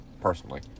personally